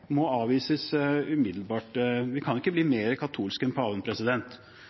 må avvises umiddelbart. Vi kan ikke bli mer katolske enn paven.